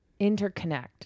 interconnect